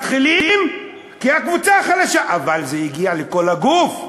מתחילים כי הקבוצה חלשה, אבל זה הגיע לכל הגוף.